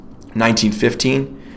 1915